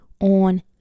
on